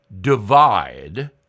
Divide